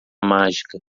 mágica